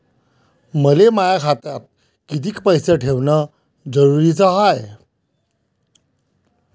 मले माया खात्यात कितीक पैसे ठेवण जरुरीच हाय?